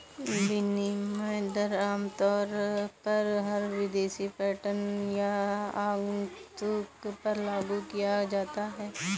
विनिमय दर आमतौर पर हर विदेशी पर्यटक या आगन्तुक पर लागू किया जाता है